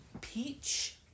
peach